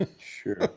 Sure